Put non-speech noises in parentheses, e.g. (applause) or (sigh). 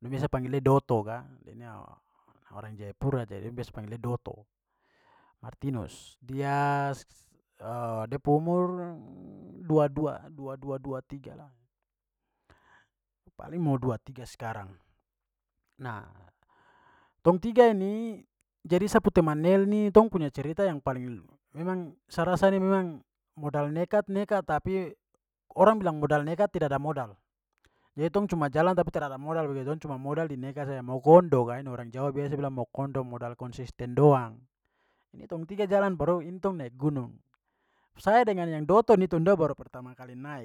Dong biasa panggil dia dotto ka. Dia ni orang jayapura jadi dong dia biasa panggil dia dotto. Martinus. Dia- (hesitation) de pu umur dua dua, dua dua dua tiga lah, paling mau dua tiga sekarang. Nah, tong tiga ini, jadi se pu teman nel ni tong punya cerita yang paling memang sa rasa ni memang modal nekat, nekat, tapi orang bilang modal nekat tidak ada modal. Jadi tong cuma jalan tapi tidak ada modal begitu. Tong cuma modal di nekat saja. Mokondo ka ini, orang jawa biasa bilang mokondo, modal konsisten doang. Tong tiga jalan baru ini tong naik gunung. Saya dengan yang dotto ni tong dua pertama kali naik.